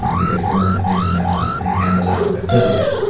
um because we're an and an amazon affiliate.